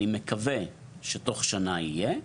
אני מקווה שבתוך שנה יהיה,